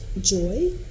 joy